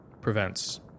prevents